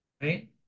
Right